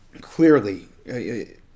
clearly